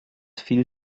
viel